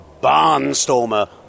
barnstormer